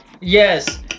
yes